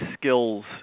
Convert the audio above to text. skills